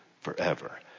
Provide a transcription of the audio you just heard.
forever